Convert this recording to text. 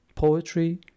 poetry